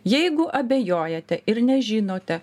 jeigu abejojate ir nežinote